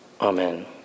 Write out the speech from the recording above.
Amen